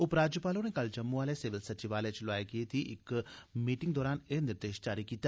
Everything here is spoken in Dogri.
उपराज्यपाल होरें कल जम्मू आह्ले सिविल सचिवालय च लोआई गेदी इक मीटिंग दौरान एह् निर्देश जारी कीता